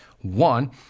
one